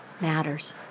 matters